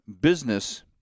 business